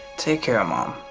take care of mom.